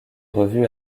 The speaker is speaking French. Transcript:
revue